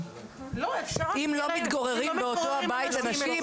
אם לא מתגוררים באותו הבית אנשים,